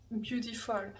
beautiful